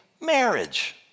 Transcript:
marriage